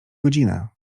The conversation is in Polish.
godzinę